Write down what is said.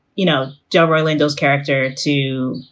you know, joe orlando's character to,